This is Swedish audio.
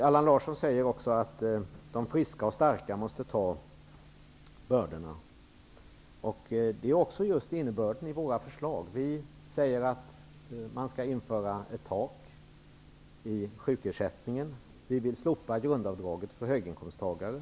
Allan Larsson säger också att de friska och starka måste ta bördorna. Det är just innebörden i våra förslag. Vi säger att det skall införas ett tak i sjukersättningen. Vi vill slopa grundavdraget för höginkomsttagare.